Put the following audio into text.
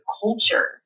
culture